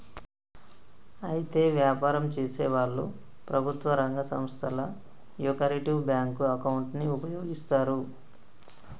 అయితే వ్యాపారం చేసేవాళ్లు ప్రభుత్వ రంగ సంస్థల యొకరిటివ్ బ్యాంకు అకౌంటును ఉపయోగిస్తారు